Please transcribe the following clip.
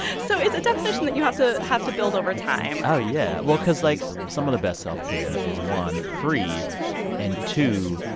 so it's a definition that you have to have to build over time oh, yeah. well, cause, like, some of the best self-care is, one, free and, two,